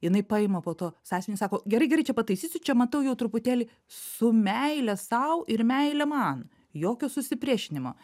jinai paima po to sąsiuvinį sako gerai gerai čia pataisysiu čia matau jau truputėlį su meile sau ir meile man jokio susipriešinimo